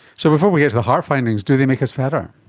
so before we get to the heart findings do they make us fatter?